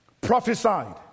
prophesied